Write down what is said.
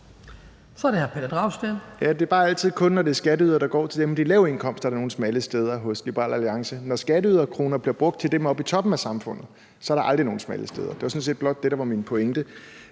Det er bare altid kun, når det er skatteyderkroner, der går til dem med de lave indkomster, at der er nogle smalle steder hos Liberal Alliance. Når skatteyderkroner bliver brugt til dem oppe i toppen af samfundet, er der aldrig nogen smalle steder. Det var sådan set blot det, der var min pointe.